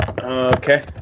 Okay